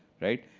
right?